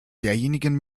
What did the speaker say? derjenigen